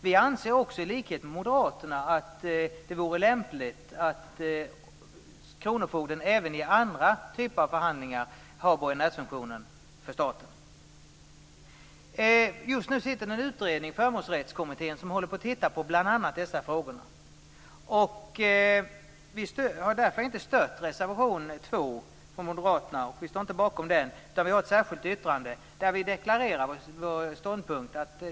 Vi anser också, i likhet med Moderaterna, att det vore lämpligt att kronofogden även i andra typer av förhandlingar har borgenärsfunktionen för staten. Just nu sitter det en utredning, Förmånsrättskommittén, som tittar på bl.a. dessa frågor. Vi stöder därför inte reservation 2 av moderaterna. Vi står inte bakom den, utan vi har ett särskilt yttrande där vi deklarerar vår ståndpunkt.